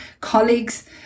colleagues